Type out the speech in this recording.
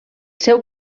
seu